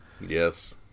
Yes